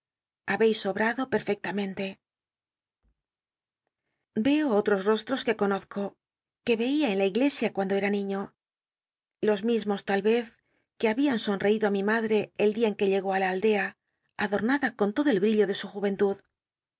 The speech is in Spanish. unen te n veo otros rosttos que conozco que r eia en la iglesia cuando eta niño los mismos tal rez que habian someido i mi madre el dia en que llegó i la aldea adornada con lodo el brillo de su juwnlud